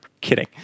Kidding